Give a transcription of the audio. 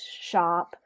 shop